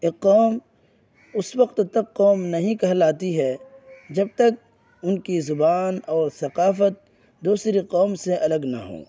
ایک قوم اس وقت تک قوم نہیں کہلاتی ہے جب تک ان کی زبان اور ثقافت دوسری قوم سے الگ نہ ہو